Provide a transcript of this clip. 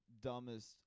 dumbest